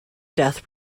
death